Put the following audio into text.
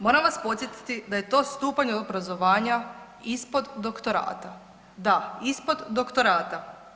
Moram vas podsjetiti da je to stupanj obrazovanja ispod doktorata, da ispod doktorata.